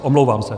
Omlouvám se.